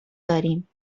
داریم